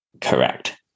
correct